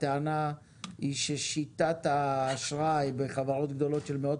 הטענה היא ששיטת האשראי בחברות גדולות של מאות